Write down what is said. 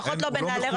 הוא לא מחויב,